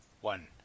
One